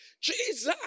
Jesus